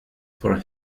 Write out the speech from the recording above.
for